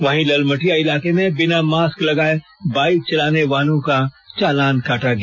वहीं ललमटिया इलाके में बिना मास्क लगाए बाइक चलाने वालों का चालान काटा गया